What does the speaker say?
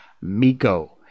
Miko